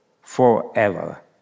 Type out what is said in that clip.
forever